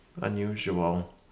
unusual